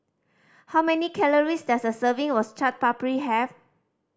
how many calories does a serving of Chaat Papri have